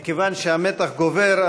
מכיוון שהמתח גובר,